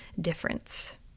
difference